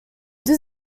deux